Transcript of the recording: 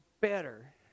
better